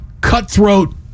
cutthroat